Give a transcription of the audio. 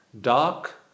dark